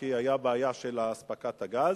כי היתה בעיה של אספקת הגז,